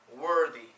Worthy